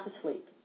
asleep